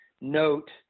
note